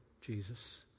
Jesus